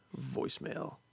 voicemail